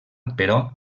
però